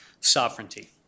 sovereignty